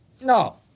no